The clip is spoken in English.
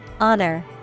Honor